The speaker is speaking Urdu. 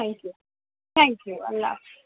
تھینک یو تھینک یو اللہ حافظ